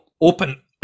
open